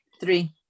Three